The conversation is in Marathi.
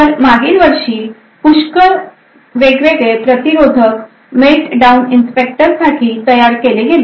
तर मागील वर्षी पुष्कळ वेगवेगळे प्रतिरोधक Meltdown inspector साठी तयार केले गेले